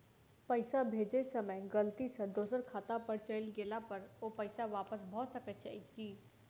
पैसा भेजय समय गलती सँ दोसर खाता पर चलि गेला पर ओ पैसा वापस भऽ सकैत अछि की?